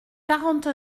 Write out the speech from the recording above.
quarante